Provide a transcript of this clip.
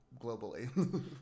globally